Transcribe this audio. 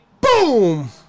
Boom